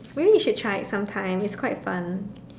maybe you should try it sometime it's quite fun